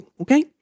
Okay